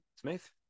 Smith